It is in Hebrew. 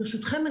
ברשותכם,